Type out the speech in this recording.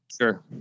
Sure